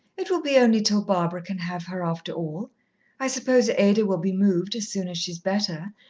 it will be only till barbara can have her, after all i suppose ada will be moved as soon as she's better,